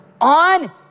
on